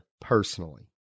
personally